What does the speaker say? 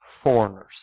foreigners